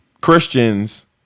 christians